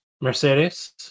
Mercedes